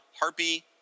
Harpy